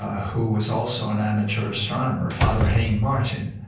who was also an amateur astronomer father hane martin,